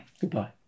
Goodbye